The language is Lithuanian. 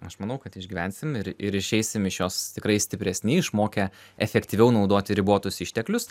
aš manau kad išgyvensim ir ir išeisim iš jos tikrai stipresni išmokę efektyviau naudoti ribotus išteklius